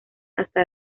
hasta